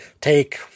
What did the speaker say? take